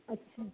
अच्छा